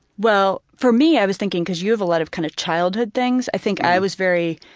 well, for me i was thinking, because you have a lot of kind of childhood things, i think i was very,